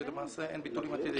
שאין ביטולים עתידיים?